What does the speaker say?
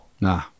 Nah